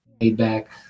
laid-back